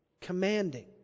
commanding